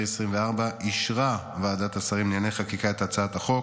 2024 אישרה ועדת השרים לענייני חקיקה את הצעת החוק.